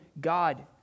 God